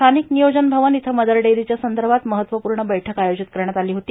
स्थानिक नियोजन भवन इथं मदर डेअरीच्या संदर्भात महत्वपूर्ण बैठक आयोजित करण्यात आली होती